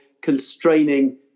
constraining